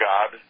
God